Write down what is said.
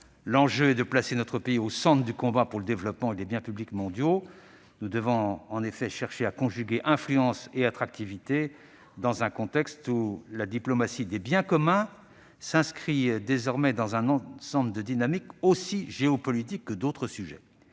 l'enjeu est de placer notre pays au centre du combat pour le développement et les biens publics mondiaux. Nous devons en effet chercher à conjuguer influence et attractivité dans un contexte où la diplomatie des biens communs s'inscrit désormais dans un ensemble de dynamiques aussi géopolitiques que d'autres sujets.